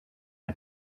had